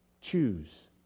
Choose